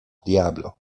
diablo